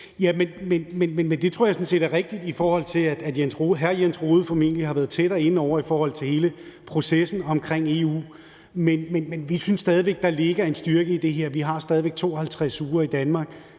jeg sådan set er rigtigt, i forhold til at hr. Jens Rohde formentlig har været tættere inde over hele processen omkring EU; men vi synes stadig væk, at der ligger en styrke i det her. Vi har stadig væk 52 uger i Danmark,